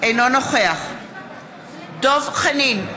אינו נוכח דב חנין,